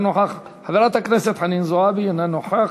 אינו נוכח,